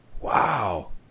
Wow